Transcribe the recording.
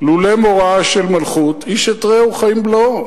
לולא מוראה של מלכות, איש את רעהו חיים בלעו.